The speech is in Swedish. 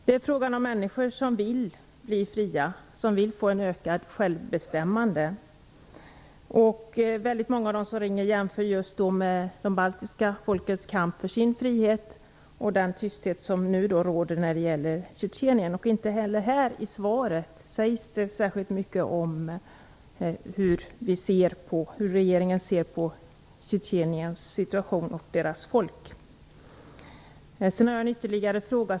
Det är fråga om människor som vill bli fria, som vill få ett ökat självbestämmande. Många av dem som ringer jämför de baltiska folkens kamp för sin frihet och den tystnad som nu råder när det gäller Tjetjenien. Inte heller i svaret sägs det särskilt mycket om hur regeringen ser på Tjetjeniens och dess folks situation. Jag har ytterligare en fråga.